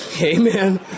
Amen